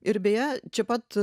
ir beje čia pat